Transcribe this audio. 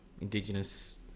indigenous